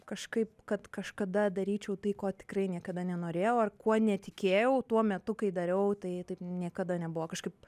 kažkaip kad kažkada daryčiau tai ko tikrai niekada nenorėjau ar kuo netikėjau tuo metu kai dariau tai taip niekada nebuvo kažkaip